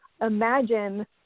imagine